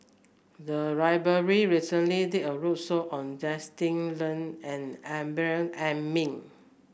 the library recently did a roadshow on Justin Lean and Amrin Amin